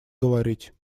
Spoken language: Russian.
говорить